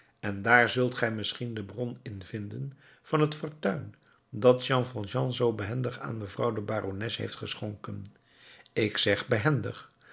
en daar zult gij misschien de bron in vinden van het fortuin dat jean valjean zoo behendig aan mevrouw de barones heeft geschonken ik zeg behendig